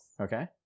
Okay